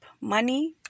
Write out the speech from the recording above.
money